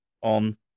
on